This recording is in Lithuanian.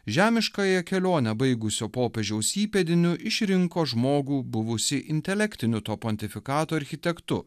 žemiškąją kelionę baigusio popiežiaus įpėdiniu išrinko žmogų buvusį intelektiniu to pontifikato architektu